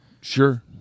Sure